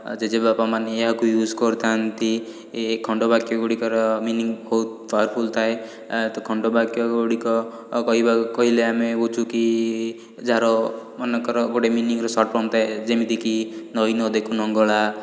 ଜେଜେବାପା ମାନେ ଏହାକୁ ୟୁଜ୍ କରିଥାନ୍ତି ଏହି ଖଣ୍ଡବାକ୍ୟଗୁଡ଼ିକର ମିନିଙ୍ଗ୍ ବହୁତ ପାୱାରଫୁଲ୍ ଥାଏ ତ ଖଣ୍ଡବାକ୍ୟଗୁଡ଼ିକ କହିବାକୁ କହିଲେ ହେଉଛୁ କି ଯାହାର ମନେକର ଗୋଟିଏ ମିନିଙ୍ଗର ସର୍ଟ ଫର୍ମ ଥାଏ ଯେମିତି କି ନଈ ନ ଦେଖୁଣୁ ଲଙ୍ଗଳା